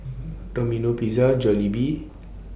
Domino Pizza Jollibee